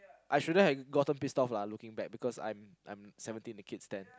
I shouldn't have gotten pissed off lah looking back because I'm I'm seventeen the kids ten